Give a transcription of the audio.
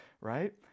right